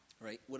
Right